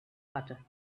water